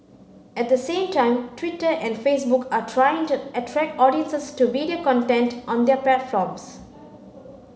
at the same time Twitter and Facebook are trying to attract audiences to video content on their platforms